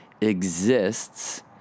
exists